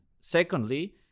secondly